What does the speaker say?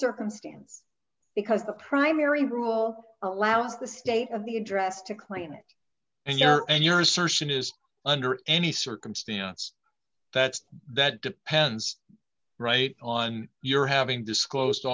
circumstance because the primary rule allows the state of the address to clean it and your and your assertion is under any circumstance that that depends right on your having disclose